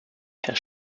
herr